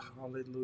hallelujah